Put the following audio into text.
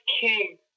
King